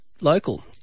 local